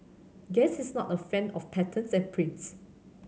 guess he's not a fan of patterns and prints